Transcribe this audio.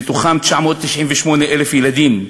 מהם 998,000 ילדים.